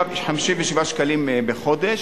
57 שקלים בחודש,